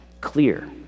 clear